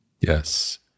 Yes